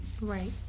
Right